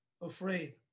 afraid